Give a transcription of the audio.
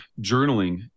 journaling